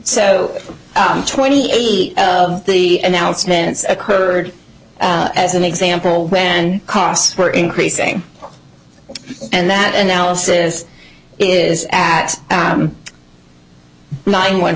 so twenty eight of the announcements occurred as an example when costs were increasing and that analysis is at nine one